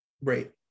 Right